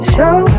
Show